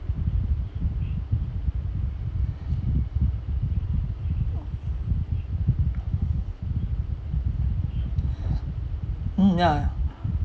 mm yeah